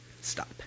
Stop